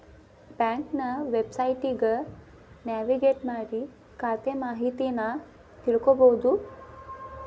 ಬ್ಯಾಂಕ್ನ ವೆಬ್ಸೈಟ್ಗಿ ನ್ಯಾವಿಗೇಟ್ ಮಾಡಿ ಖಾತೆ ಮಾಹಿತಿನಾ ತಿಳ್ಕೋಬೋದು